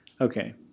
Okay